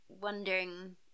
wondering